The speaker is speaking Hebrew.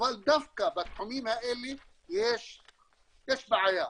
אבל דווקא בתחומים האלה יש בעיה.